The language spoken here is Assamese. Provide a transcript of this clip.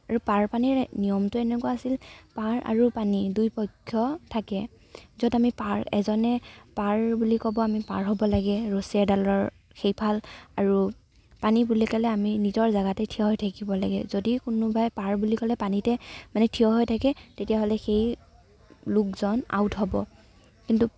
আৰু পাৰ পানীৰ নিয়মটো এনেকুৱা আছিল পাৰ আৰু পানী দুই পক্ষ থাকে য'ত আমি পাৰ এজনে পাৰ বুলি ক'ব আমি পাৰ হ'ব লাগে ৰচী এডালৰ সেইফাল আৰু পানী বুলি ক'লে আমি নিজৰ জেগাতে থিয় হৈ থাকিব লাগে যদি কোনোবাই পাৰ বুলি ক'লে পানীতেই মানে থিয় হৈ থাকে তেতিয়াহ'লে সেই লোকজন আউট হ'ব কিন্তু